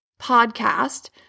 Podcast